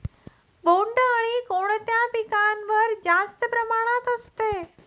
बोंडअळी कोणत्या पिकावर जास्त प्रमाणात असते?